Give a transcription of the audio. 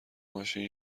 ماشین